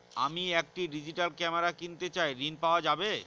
আমি একটি digital camera কিনতে চাই ঝণ পাওয়া যাবে?